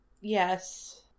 Yes